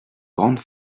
grande